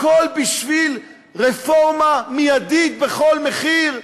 הכול בשביל רפורמה מיידית בכל מחיר?